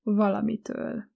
valamitől